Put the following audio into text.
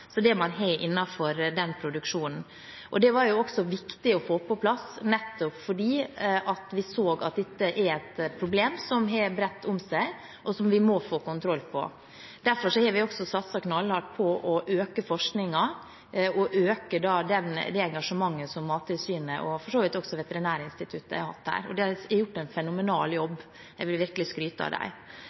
det man har innenfor den produksjonen. Det var også viktig å få på plass, nettopp fordi vi så at dette er et problem som har bredt seg, og som vi må få kontroll over. Derfor har vi også satset knallhardt på å øke forskningen og øke det engasjementet som Mattilsynet og for så vidt også Veterinærinstituttet har hatt der. De har gjort en fenomenal jobb, jeg vil virkelig skryte av